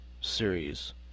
series